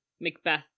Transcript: Macbeth